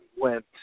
went